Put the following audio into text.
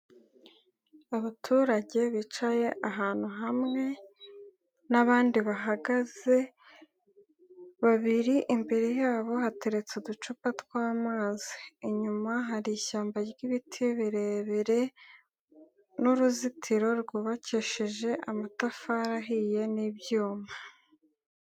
Abaturage bicaye ahantu hamwe n'abandi bahagaze, babiri imbere yabo hateretse uducupa tw'amazi. Inyuma hari ishyamba ryibiti birebire n'uruzitiro rwubakesheje amatafari ahiye n'ibyuma.